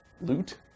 loot